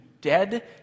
dead